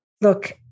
Look